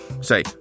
Say